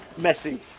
Messi